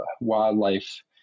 wildlife